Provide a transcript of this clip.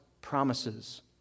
promises